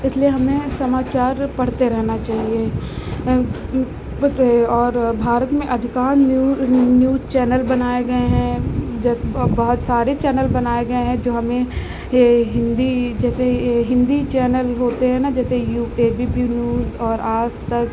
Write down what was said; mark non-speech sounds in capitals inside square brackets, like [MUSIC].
इसलिए हमें समाचार पढ़ते रहना चाहिए [UNINTELLIGIBLE] और भारत में अधिकांश न्यू न्यूज़ चैनल बनाए गए हैं जैसे अब बहुत सारे चैनल बनाए गए हैं जो हमें यह हिन्दी जैसे यह हिन्दी चैनल होते हैं ना जैसे [UNINTELLIGIBLE] ए बी पी न्यूज़ और आज तक